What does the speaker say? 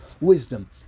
wisdom